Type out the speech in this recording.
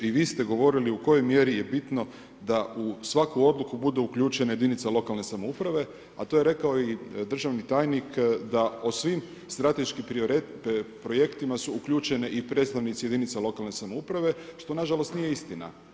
I vi ste govorili u kojoj mjeri je bitno da u svaku odluku budu uključene jedinice lokalne samouprave, a to je rekao i državni tajnik da o svim strateškim projektima su uključeni i predstavnici jedinica lokalne samouprave što nažalost nije istina.